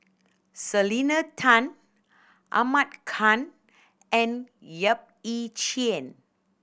Selena Tan Ahmad Khan and Yap Ee Chian